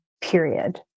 period